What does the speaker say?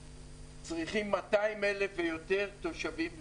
צריכים 200,000 ויותר תושבים לסבול.